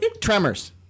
Tremors